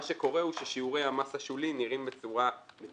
מה שקורה הוא ששיעורי המס השולי נראים בצורה מדורגת,